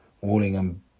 Wallingham